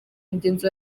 mugenzi